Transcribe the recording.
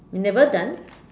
you never done